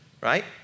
right